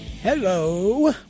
Hello